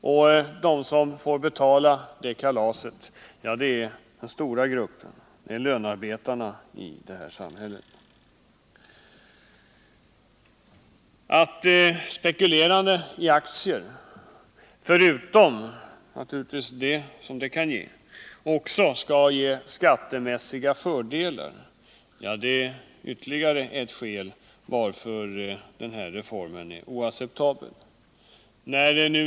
Och de som får betala kalaset är den stora gruppen —lönearbetarna i detta samhälle. Ett skäl till att denna sparform är oacceptabel är att ett spekulerande i aktier — förutom den utdelning som det kan ge — skall ge skattemässiga fördelar.